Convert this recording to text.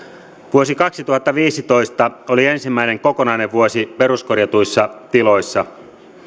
vuosi kaksituhattaviisitoista oli ensimmäinen kokonainen vuosi peruskorjatuissa tiloissa